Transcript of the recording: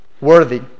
Worthy